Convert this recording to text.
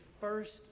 first